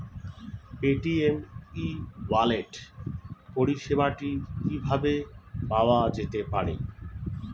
Paytm e wallet পরিষেবাটি কিভাবে পাওয়া যেতে পারে?